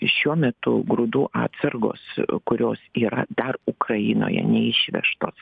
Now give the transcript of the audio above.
šiuo metu grūdų atsargos kurios yra dar ukrainoje neišvežtos